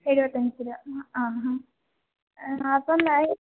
എഴുപത്തഞ്ച് രൂപ ആ ആ ഹാ അപ്പം ആയി